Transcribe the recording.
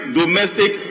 domestic